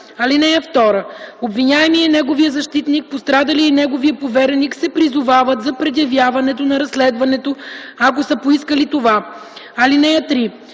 „(2) Обвиняемият и неговият защитник, пострадалият и неговият повереник се призовават за предявяването на разследването, ако са поискали това. (3)